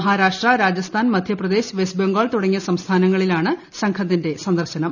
മഹാരാഷ്ട്ര രാജസ്ഥാൻ മധ്യപ്രദേശ് വെസ്റ്റബംഗാൾ തുടങ്ങിയ സംസ്ഥാനങ്ങളിലാണ് സംഘത്തിന്റെ സന്ദർശനം